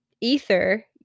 ether